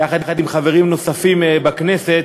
יחד עם חברים נוספים בכנסת,